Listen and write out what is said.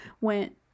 went